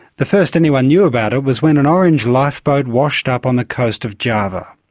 the first anyone knew about it was when an orange lifeboat washed up on the coast of java.